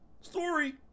Story